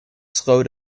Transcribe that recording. slow